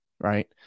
right